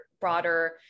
broader